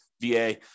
VA